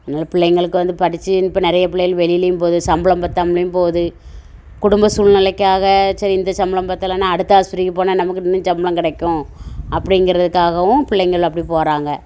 அதனால் பிள்ளைங்களுக்கு வந்து படித்து இப்போ நிறைய பிள்ளைகள் வெளிலேயும் போகுது சம்பளம் பத்தமாலேயும் போகுது குடும்ப சூழ்நிலைக்காக சரி இந்த சம்பளம் பத்தலைன்னா அடுத்த ஆஸ்பத்திரிக்கு போனால் நமக்கு இன்னும் சம்பளம் கிடைக்கும் அப்படிங்கறதுக்காகவும் பிள்ளைங்கள் அப்படி போகிறாங்க